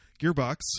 Gearbox